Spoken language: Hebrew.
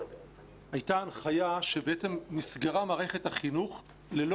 הייתה הנחיה שנסגרה מערכת החינוך ללא